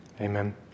Amen